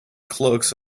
cloaks